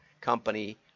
company